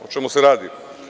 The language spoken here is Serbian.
O čemu se radi?